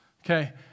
okay